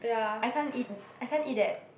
I can't eat I can't eat that